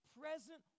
present